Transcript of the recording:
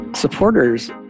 Supporters